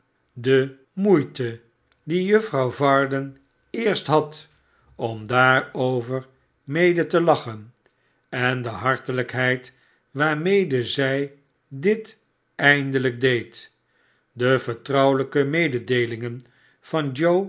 de moeite die juffrouw varden eerst had om daaroyer mede te lachen en de hartelijkheid waarmede zij dit eindelijk deed de vertrouwelijke mededeelingen van